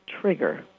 trigger